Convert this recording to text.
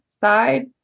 side